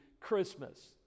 Christmas